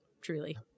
Truly